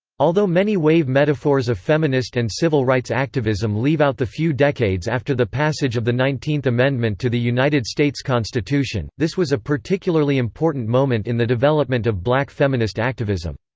although many wave metaphors of feminist and civil rights activism leave out the few decades after the passage of the nineteenth amendment to the united states constitution, this was a particularly important moment in the development of black feminist activism.